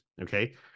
okay